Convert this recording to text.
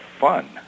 fun